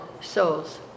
souls